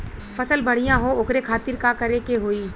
फसल बढ़ियां हो ओकरे खातिर का करे के होई?